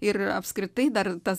ir apskritai dar tas